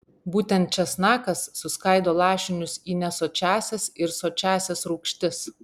būtent česnakas suskaido lašinius į nesočiąsias ir sočiąsias rūgštis